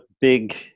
big